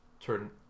Turn